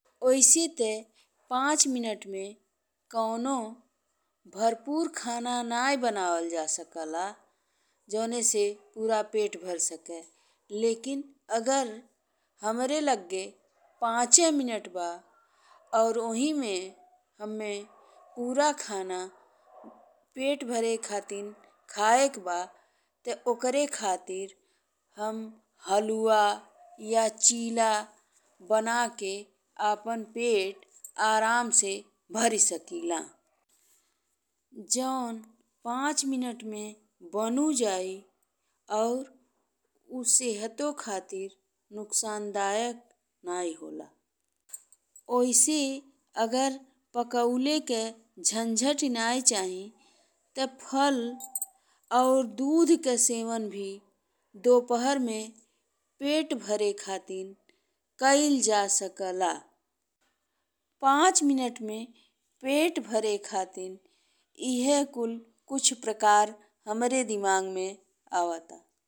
ओइसे ते पाँच मिनट में कउनो भरपूर खाना नहीं बनावल जा सकेला जऊन से पूरा पेट भरी सके लेकिन अगर हमरे लगे पाँचे मिनट बा और ओही में हम्मे पूरा खाना पेट भरे खातिन खाए के बा ते ओकरे खातिर हम हलुआ या चीला बना के अपन पेट आराम से भरी सकिला। जऊन पाँच मिनट में बनु जाइ और उ सहतो खातिन नुकसंदायक नहीं होला। ओइसे अगर पकौले के झंझट नहीं चाही ते फल और दूध के सेवन भी दोपहर में पेट भरे खातिन कइल जा सकेला। पाँच मिनट में पेट भरे खातिन इहे कुल कुछ प्रकार हमरे दिमाग में आवता।